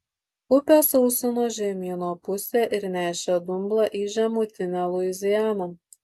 upė sausino žemyno pusę ir nešė dumblą į žemutinę luizianą